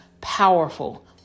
powerful